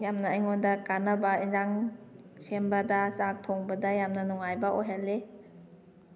ꯌꯥꯝꯅ ꯑꯩꯉꯣꯟꯗ ꯀꯥꯟꯅꯕ ꯏꯟꯖꯥꯡ ꯁꯦꯝꯕꯗ ꯆꯥꯛ ꯊꯣꯡꯕꯗ ꯌꯥꯝꯅ ꯅꯨꯡꯉꯥꯏꯕ ꯑꯣꯏꯍꯜꯂꯤ